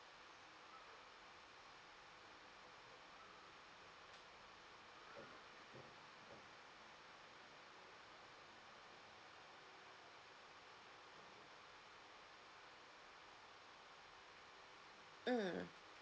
mm